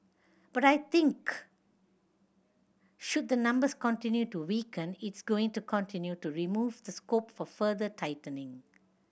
but I think should the numbers continue to weaken it's going to continue to remove the scope for further tightening